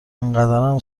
انقدرام